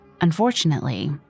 Unfortunately